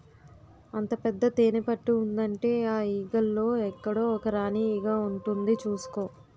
అంత పెద్ద తేనెపట్టు ఉందంటే ఆ ఈగల్లో ఎక్కడో ఒక రాణీ ఈగ ఉంటుంది చూసుకో